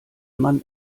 man